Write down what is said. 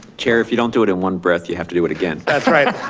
chair, if you don't do it it one breath, you have to do it again. that's right.